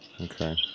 Okay